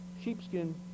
sheepskin